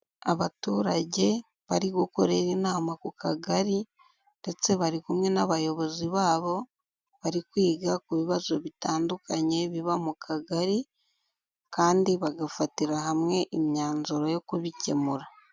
Abaturage bari gukorera inama ku kagari ndetse bari kumwe n'abayobozi babo bari kwiga ku bibazo bitandukanye biba mu kagari kandi bagafatira hamwe imyanzuro yo kubikemura.